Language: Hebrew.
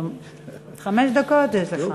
חמש דקות יש לך.